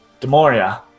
Demoria